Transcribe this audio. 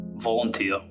Volunteer